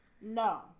No